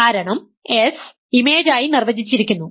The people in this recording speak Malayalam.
കാരണം S ഇമേജായി നിർവചിച്ചിരിക്കുന്നു